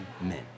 men